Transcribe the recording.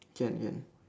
can can